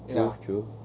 true true